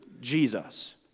Jesus